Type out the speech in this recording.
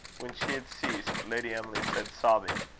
when she had ceased, lady emily said, sobbing